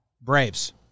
Braves